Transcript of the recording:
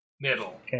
middle